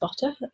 butter